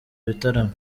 bitaramo